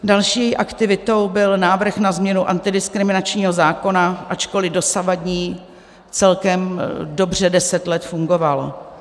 Další aktivitou byl návrh na změnu antidiskriminačního zákona, ačkoli dosavadní celkem dobře deset let fungoval.